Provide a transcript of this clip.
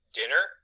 dinner